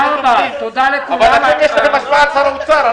תודה לכולם, הישיבה נעולה.